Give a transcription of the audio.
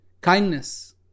kindness